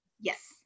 Yes